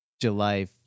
July